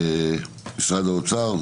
משרד האוצר?